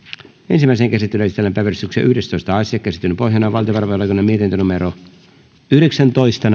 ensimmäiseen käsittelyyn esitellään päiväjärjestyksen yhdestoista asia käsittelyn pohjana on valtiovarainvaliokunnan mietintö yhdeksäntoista